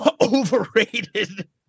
overrated